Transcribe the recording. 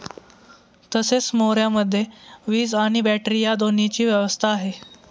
तसेच मोऱ्यामध्ये वीज आणि बॅटरी या दोन्हीची व्यवस्था आहे